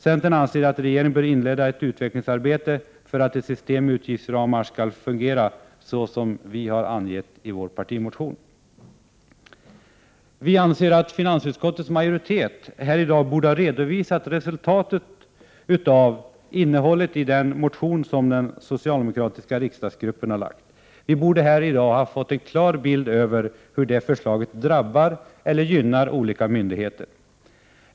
Centern anser att regeringen bör inleda ett utvecklingsarbete för att ett system med utgiftsramar skall fungera så som vi har angett i vår partimotion. Finansutskottets majoritet borde här i dag ha redovisat resultatet av innehållet i den motion som den socialdemokratiska riksdagsgruppen har väckt. Vi borde ha fått en klar bild av hur förslaget drabbar eller gynnar olika myndigheter.